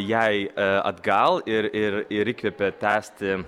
jai atgal ir ir ir įkvepia tęsti